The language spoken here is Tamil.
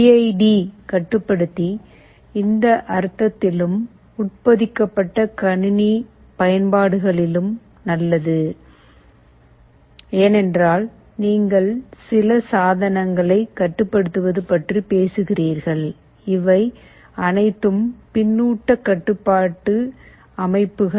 பி ஐ டி கட்டுப்படுத்தி இந்த அர்த்தத்திலும் உட்பொதிக்கப்பட்ட கணினி பயன்பாடுகளிலும் நல்லது ஏனென்றால் நீங்கள் சில சாதனங்களைக் கட்டுப்படுத்துவது பற்றி பேசுகிறீர்கள் இவை அனைத்தும் பின்னூட்டக் கட்டுப்பாட்டு அமைப்புகள்